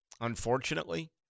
unfortunately